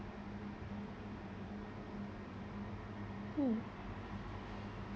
mm